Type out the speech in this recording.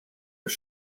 was